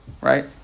Right